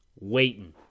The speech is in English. waiting